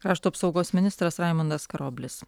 krašto apsaugos ministras raimundas karoblis